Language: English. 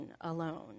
alone